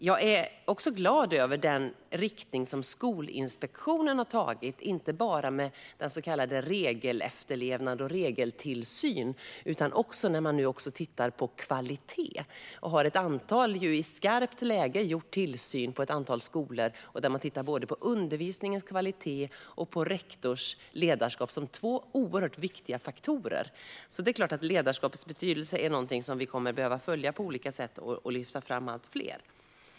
Jag är glad över den riktning som Skolinspektionen har tagit, inte bara med den så kallade regelefterlevnaden och regeltillsynen utan också när man tittar på kvalitet. Man har i skarpt läge gjort tillsyn i ett antal skolor, och man tittar både på undervisningens kvalitet och på rektors ledarskap som två oerhört viktiga faktorer. Ledarskapets betydelse är alltså någonting som vi kommer att behöva följa på olika sätt och lyfta fram alltmer.